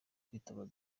kwitabaza